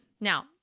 Now